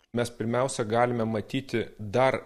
mes pirmiausia galime matyti dar